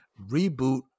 reboot